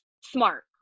smart